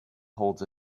holds